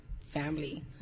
family